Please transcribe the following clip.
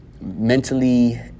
mentally